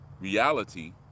reality